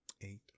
Eight